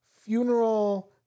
Funeral